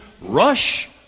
Rush